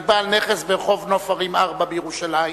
אני בעל נכס ברחוב נוף-הרים 4 בירושלים,